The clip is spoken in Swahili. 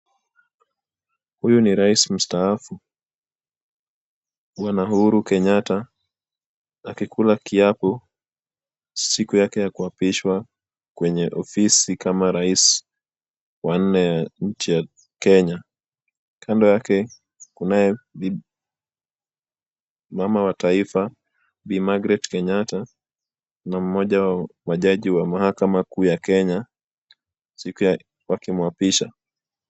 Huyu ni rais mstaafu, bwana Uhuru Kenyatta akikula kiapo siku yake ya kuapishwa kwenye ofisi kama rais wa nne wa nchi ya Kenya. Kando yake kunaye mama wa taifa Bi. Margaret Kenyatta na mmoja wa majaji wa mahakama kuu ya Kenya siku ya, wakimwapisha.